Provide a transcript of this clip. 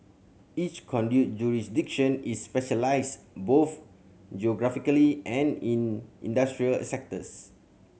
each conduit jurisdiction is specialised both geographically and in industrial sectors